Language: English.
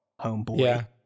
homeboy